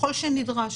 ככל שנדרש,